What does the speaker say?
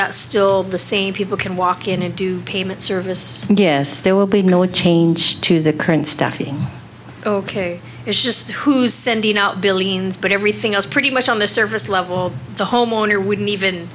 that still the same people can walk in and do payment service and yes there will be no one taking to the current staffing ok it's just who's sending out billions but everything else pretty much on the service level the homeowner wouldn't even